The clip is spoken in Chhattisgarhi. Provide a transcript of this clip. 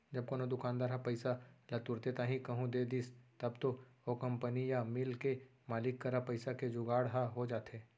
जब कोनो दुकानदार ह पइसा ल तुरते ताही कहूँ दे दिस तब तो ओ कंपनी या मील के मालिक करा पइसा के जुगाड़ ह हो जाथे